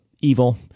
evil